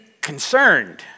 concerned